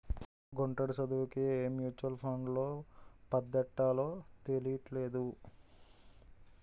గుంటడి చదువుకి ఏ మ్యూచువల్ ఫండ్లో పద్దెట్టాలో తెలీట్లేదు